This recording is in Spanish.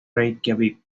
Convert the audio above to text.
reikiavik